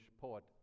poet